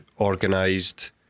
organised